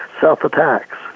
self-attacks